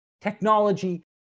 technology